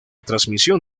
transmisión